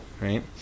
right